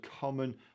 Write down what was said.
common